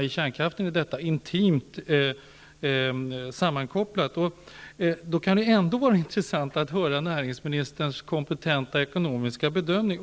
När det gäller kärnkraften är dessa frågor intimt sammankopplade. Det kan ändå vara intressant att höra näringsministerns kompetenta ekonomiska bedömning.